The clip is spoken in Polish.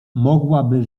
mogłaby